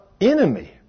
enemy